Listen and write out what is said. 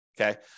okay